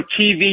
TV